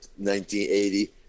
1980